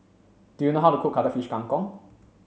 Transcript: do you know how to cook Cuttlefish Kang Kong